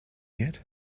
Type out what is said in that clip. yet